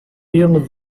ele